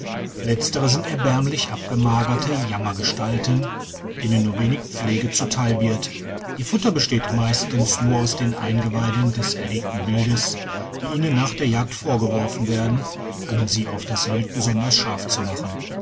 letztere sind erbärmlich abgemagerte jammergestalten denen nur wenig pflege zu teil wird ihr futter besteht meistens nur aus den eingeweiden des erlegten wildes die ihnen nach der jagd vorgeworfen werden um sie auf das wild besonders scharf zu machen